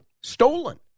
stolen